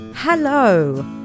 Hello